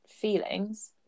feelings